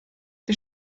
der